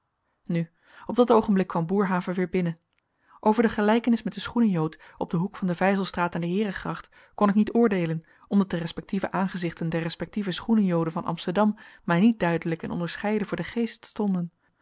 nu op dat oogenblik kwam boerhave weer binnen over de gelijkenis met den schoenenjood op den hoek van de vijzelstraat en de heerengracht kon ik niet oordeelen omdat de respectieve aangezichten der respectieve schoenenjoden van amsterdam mij niet duidelijk en onderscheiden voor den geest stonden